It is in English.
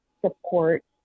support